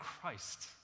Christ